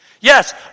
Yes